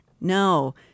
No